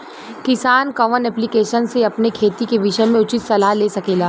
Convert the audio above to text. किसान कवन ऐप्लिकेशन से अपने खेती के विषय मे उचित सलाह ले सकेला?